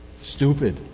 stupid